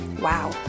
Wow